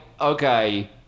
okay